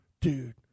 Dude